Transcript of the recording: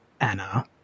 Anna